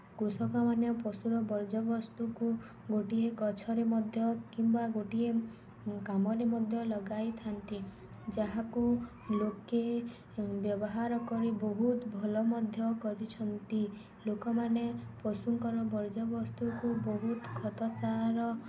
କୃଷକମାନେ ପଶୁର ବର୍ଜ୍ୟବସ୍ତୁକୁ ଗୋଟିଏ ଗଛରେ ମଧ୍ୟ କିମ୍ବା ଗୋଟିଏ କାମରେ ମଧ୍ୟ ଲଗାଇଥାନ୍ତି ଯାହାକୁ ଲୋକେ ବ୍ୟବହାର କରି ବହୁତ ଭଲ ମଧ୍ୟ କରିଛନ୍ତି ଲୋକମାନେ ପଶୁଙ୍କର ବର୍ଜ୍ୟବସ୍ତୁକୁ ବହୁତ ଖତ ସାର